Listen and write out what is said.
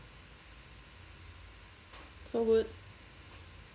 so good